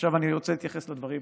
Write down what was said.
עכשיו אני רוצה להתייחס לדברים,